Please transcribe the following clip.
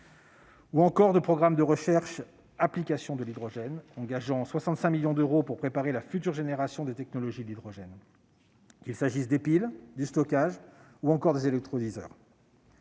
du programme prioritaire de recherche sur les applications de l'hydrogène, engageant 65 millions d'euros pour préparer la future génération des technologies de l'hydrogène, qu'il s'agisse des piles, du stockage ou encore des électrolyseurs.